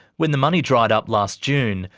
when the money dried up last june,